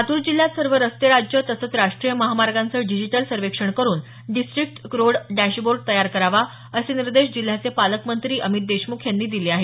लातूर जिल्ह्यात सर्व रस्ते राज्य तसंच राष्ट्रीय महामार्गांचं डीजिटल सर्वेक्षण करून डीस्ट्रिकट रोड डॅशबोर्ड तयार करावा असे निर्देश जिल्ह्याचे पालकमंत्री अमित देशमुख यांनी दिले आहेत